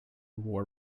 war